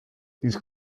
these